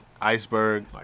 Iceberg